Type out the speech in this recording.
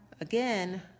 Again